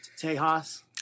tejas